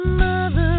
mother